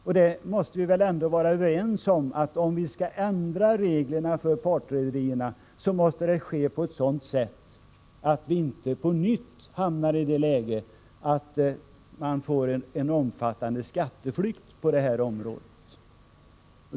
Vi måste väl ändå vara överens om att om vi skall ändra reglerna för partrederierna måste det ske på ett sådant sätt att vi inte på nytt hamnar i det läget att vi får en omfattande skatteflykt på detta område.